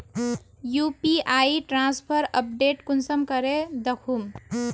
UPI transfer update कुंसम करे दखुम?